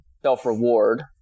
self-reward